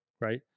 right